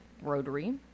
Rotary